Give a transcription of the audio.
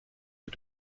que